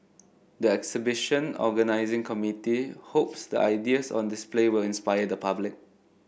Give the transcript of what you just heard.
the exhibition organising committee hopes the ideas on display will inspire the public